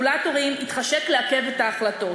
כי לציבור ולרגולטורים התחשק לעכב את ההחלטות